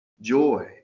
joy